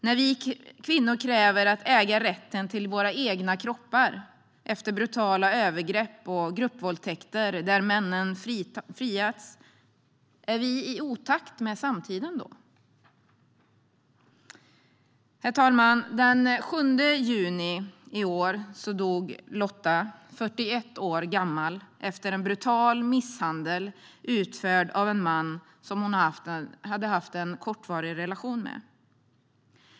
När vi kvinnor kräver att äga rätten till våra egna kroppar efter brutala övergrepp och gruppvåldtäkter där männen friats - är vi i otakt med samtiden då? Herr talman! Den 7 juni i år dog Lotta, 41 år gammal, efter en brutal misshandel utförd av en man som hon hade haft en kortvarig relation med.